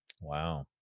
Wow